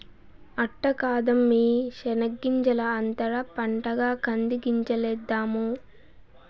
అట్ట కాదమ్మీ శెనగ్గింజల అంతర పంటగా కంది గింజలేద్దాము